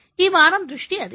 ఈ వారం దృష్టి అది